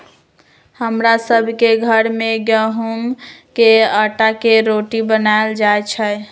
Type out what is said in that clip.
हमरा सभ के घर में गेहूम के अटा के रोटि बनाएल जाय छै